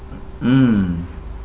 mm